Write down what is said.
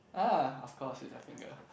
ah of course with their finger